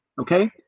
okay